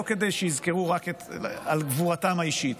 לא כדי שיזכרו רק את גבורתם האישית